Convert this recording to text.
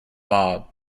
mob